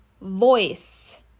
voice